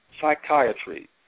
Psychiatry